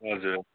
हजुर